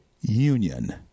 union